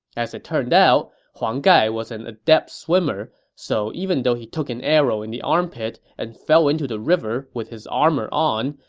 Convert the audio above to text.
as it turned out, huang gai was an adept swimmer, so even though he took an arrow in the armpit and fell into the river with his armor on,